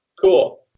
cool